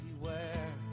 beware